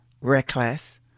reckless